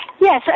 Yes